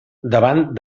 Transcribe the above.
davant